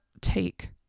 take